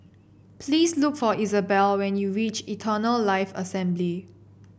please look for Isabelle when you reach Eternal Life Assembly